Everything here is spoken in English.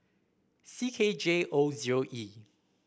C K J O zero E